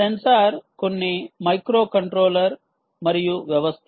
censor కొన్ని microcontroller మరియు వ్యవస్థ